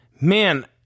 man